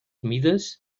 mides